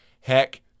Heck